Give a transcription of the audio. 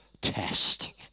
test